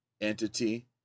entity